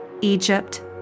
Egypt